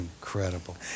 Incredible